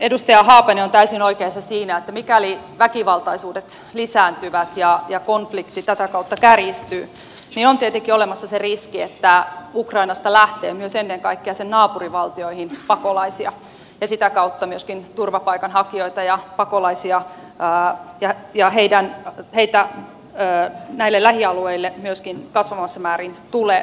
edustaja haapanen on täysin oikeassa siinä että mikäli väkivaltaisuudet lisääntyvät ja konflikti tätä kautta kärjistyy niin on tietenkin olemassa se riski että ukrainasta lähtee myös ennen kaikkea sen naapurivaltioihin pakolaisia ja sitä kautta myöskin turvapaikanhakijoita ja heitä näille lähialueille myöskin kasvavassa määrin tulee